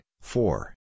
four